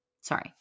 sorry